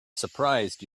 surprised